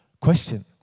question